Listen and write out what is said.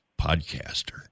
podcaster